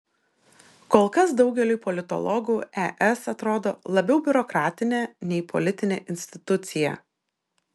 kol kas daugeliui politologų es atrodo labiau biurokratinė nei politinė institucija